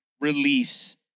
release